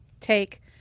Take